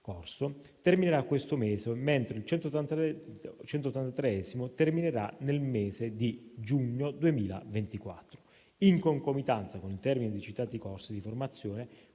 corso terminerà questo mese, mentre il 183° terminerà nel mese di giugno 2024. In concomitanza con il termine dei citati corsi di formazione,